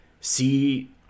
see